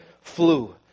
flew